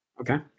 okay